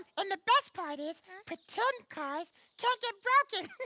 and the best part is but cars can't get broken.